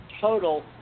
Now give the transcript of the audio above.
Total